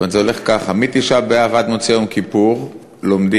זה הולך ככה: מתשעה באב ועד מוצאי יום כיפור לומדים,